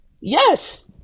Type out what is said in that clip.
yes